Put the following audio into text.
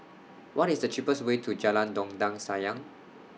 What IS The cheapest Way to Jalan Dondang Sayang